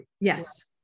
Yes